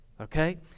Okay